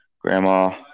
grandma